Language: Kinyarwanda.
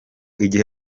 igihe